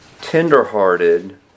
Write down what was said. tenderhearted